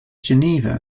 geneva